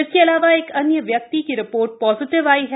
इसके अलावा एक अन्य व्यक्ति की रिपोर्ट पॉजिटिव आई है